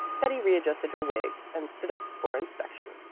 betty readjusted her wig and stood up for inspection.